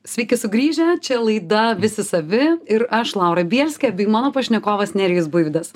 sveiki sugrįžę čia laida visi savi ir aš laura bielskė bei mano pašnekovas nerijus buivydas